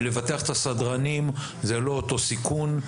לבטח את הסדרנים זה לא אותו סיכון.